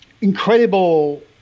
Incredible